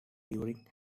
during